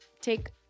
take